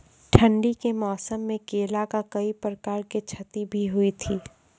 ठंडी के मौसम मे केला का कोई प्रकार के क्षति भी हुई थी?